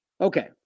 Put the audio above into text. Okay